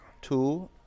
Two